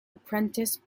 apprentice